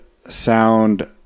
sound